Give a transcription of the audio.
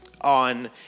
on